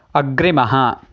अग्रिमः